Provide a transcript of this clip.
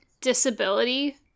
disability